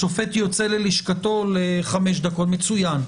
השופט יוצא ללשכתו לחמש דקות מצוין.